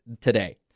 today